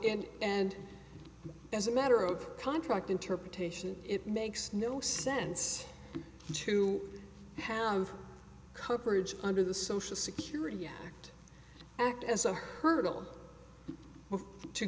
so and as a matter of contract interpretation it makes no sense to have coverage under the social security yakked act as a hurdle to